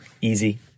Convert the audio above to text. Easy